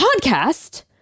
podcast